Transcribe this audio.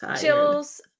chills